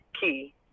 key